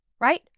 right